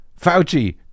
Fauci